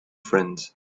friends